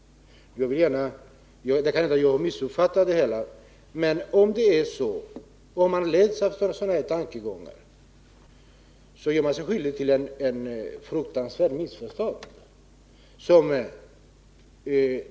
Det kan hända att jag har missuppfattat det hela. Men om man leds av sådana tankegångar gör man sig skyldig till ett fruktansvärt missförstånd.